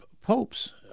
popes